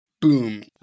Boom